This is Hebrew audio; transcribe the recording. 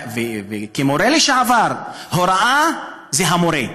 כמורה לשעבר, הוראה זה המורה,